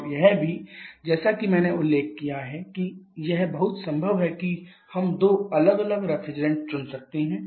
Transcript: और यह भी जैसा कि मैंने उल्लेख किया है कि यह बहुत संभव है कि हम दो अलग अलग रेफ्रिजरेंट चुन सकते हैं